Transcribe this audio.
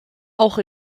auch